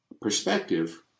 perspective